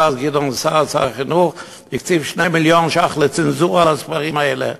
שר החינוך אז גדעון סער הקציב 2 מיליון שקל לצנזורה על הספרים האלה.